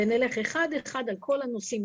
ונלך אחד-אחד על כל הנושאים.